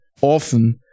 often